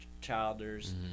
Childers